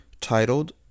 titled